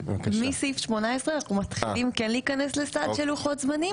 מסעיף 18 אנחנו מתחילים להיכנס לסד של לוחות זמנים.